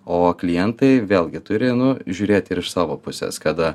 o klientai vėlgi turi nu žiūrėt ir iš savo pusės kada